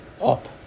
up